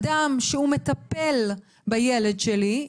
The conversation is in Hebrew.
אדם שהוא מטפל בילד שלי,